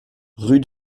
rue